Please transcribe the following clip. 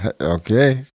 okay